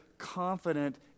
Confident